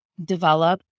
develop